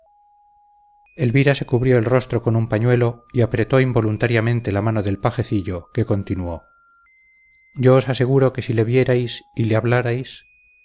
elvira se cubrió el rostro con su pañuelo y apretó involuntariamente la mano del pajecillo que continuó yo os aseguro que si le vierais y le hablarais